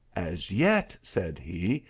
as yet, said he,